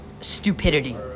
stupidity